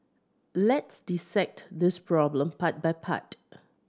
let's dissect this problem part by part